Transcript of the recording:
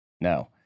No